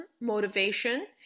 motivation